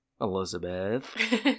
Elizabeth